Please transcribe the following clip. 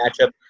matchup